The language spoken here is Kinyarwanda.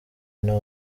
nta